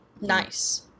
Nice